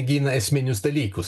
gina esminius dalykus